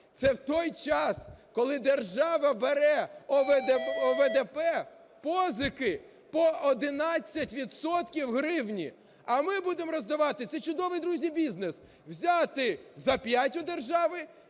Це в той час, коли держава бере ОВДП позики по 11 відсотків гривні. А ми будемо роздавати – це чудовий, друзі, бізнес – взяти за 5 у держави